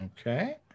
Okay